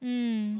mm